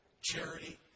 charity